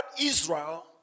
Israel